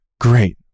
Great